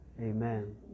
amen